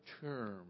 term